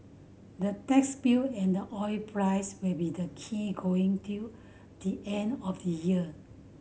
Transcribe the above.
the tax bill and the oil price will be the key going till the end of the year